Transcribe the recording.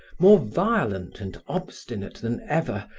more violent and obstinate than ever,